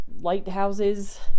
lighthouses